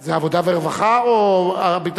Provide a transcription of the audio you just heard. זה עבודה ורווחה או ביטחון?